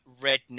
redneck